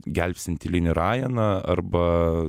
gelbstint eilinį rajeną arba